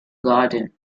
garden